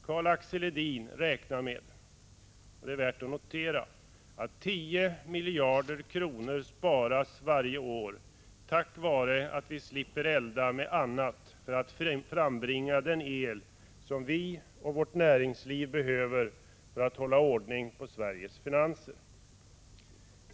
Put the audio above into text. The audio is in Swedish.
Karl Axel Edin räknar med, vilket är värt att notera, att 10 miljarder kronor sparas varje år tack vare att vi slipper elda med annat för att frambringa den el som vi och vårt näringsliv behöver för att hålla ordning på Sveriges finanser.